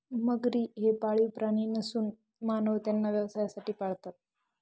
मगरी हे पाळीव प्राणी नसून मानव त्यांना व्यवसायासाठी पाळतात